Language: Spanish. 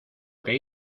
que